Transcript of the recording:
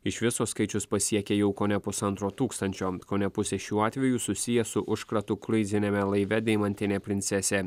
iš viso skaičius pasiekė jau kone pusantro tūkstančio kone pusė šių atvejų susiję su užkratu kruiziniame laive deimantinė princesė